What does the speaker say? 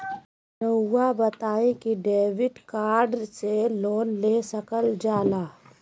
रहुआ बताइं कि डेबिट कार्ड से लोन ले सकल जाला?